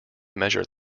measure